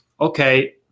Okay